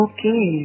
Okay